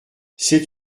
c’est